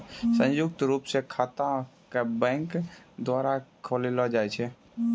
संयुक्त रूप स खाता क बैंक द्वारा खोललो जाय छै